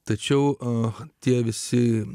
tačiau o tie visi